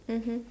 mmhmm